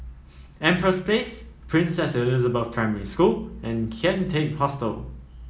Empress Place Princess Elizabeth Primary School and Kian Teck Hostel